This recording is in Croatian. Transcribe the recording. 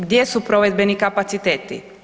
Gdje su provedbeni kapaciteti?